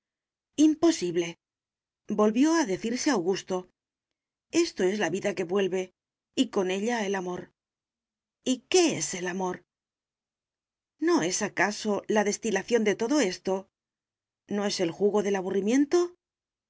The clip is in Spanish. imposible volvió a decirse augusto esto es la vida que vuelve y con ella el amor y qué es el amor no es acaso la destilación de todo esto no es el jugo del aburrimiento